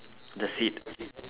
the seed